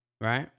right